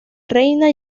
reina